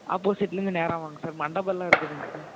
ஆப்போசிட்டிலிருந்து நேராக வாங்க சார் மண்டபலாம் இருக்குதுங்க சார்